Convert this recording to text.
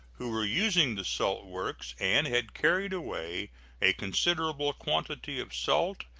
who were using the salt works and had carried away a considerable quantity of salt,